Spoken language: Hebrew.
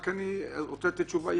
אני רוצה לתת תשובה.